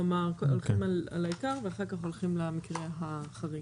כלומר הולכים על העיקר ואחר כך הולכים למקרה החריג.